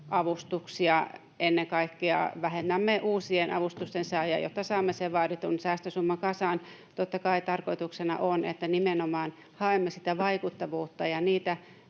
avustuksia, ja ennen kaikkea vähennämme uusien avustusten saajia, jotta saamme sen vaaditun säästösumma kasaan. Totta kai tarkoituksena on, että nimenomaan haemme sitä vaikuttavuutta ja niitä